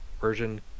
version